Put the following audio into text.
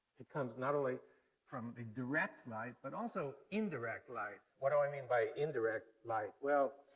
it comes not only from the direct light, but also indirect light. what do i mean by indirect light? well,